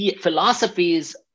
philosophies